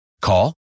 Call